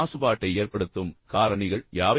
மாசுபாட்டை ஏற்படுத்தும் காரணிகள் யாவை